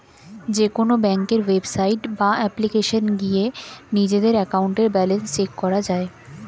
যেকোনো ব্যাংকের ওয়েবসাইট বা অ্যাপ্লিকেশনে গিয়ে নিজেদের অ্যাকাউন্টের ব্যালেন্স চেক করা যায়